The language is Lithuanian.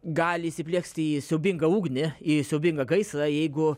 gali įsiplieksti į siaubingą ugnį į siaubingą gaisrą jeigu